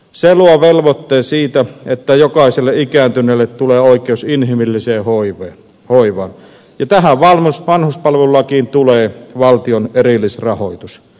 se luo velvoitteen että jokaiselle ikääntyneelle tulee oikeus inhimilliseen hoivaan ja tähän vanhuspalvelulakiin tulee valtion erillisrahoitus